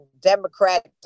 Democrat